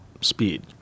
speed